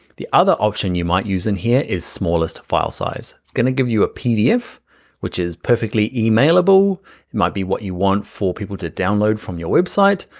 the other option you might use in here is smallest file size. it's gonna give you a pdf which is perfectly emailable, it might be what you want for people to download from your website,